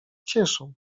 cieszą